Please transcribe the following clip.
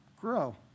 Grow